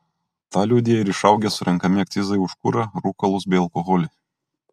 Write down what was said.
tą liudija ir išaugę surenkami akcizai už kurą rūkalus bei alkoholį